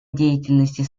деятельности